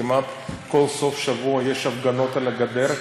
כמעט כל סוף-שבוע יש הפגנות על הגדר,